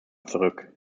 zurück